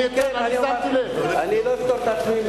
אני לא אפטור את עצמי,